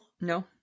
No